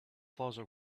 plaza